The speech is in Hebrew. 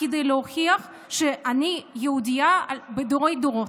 כדי להוכיח שאני יהודייה מדורי-דורות.